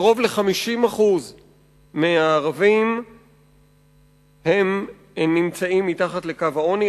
קרוב ל-50% מהערבים נמצאים מתחת לקו העוני,